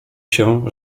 się